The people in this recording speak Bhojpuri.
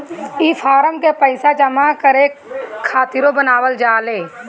ई फारम के पइसा जमा करे खातिरो बनावल जाए